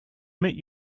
meet